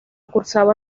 cursaba